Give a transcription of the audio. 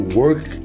work